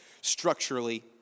structurally